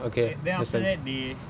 then after that they